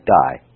die